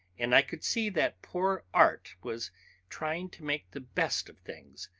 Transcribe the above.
and i could see that poor art was trying to make the best of things.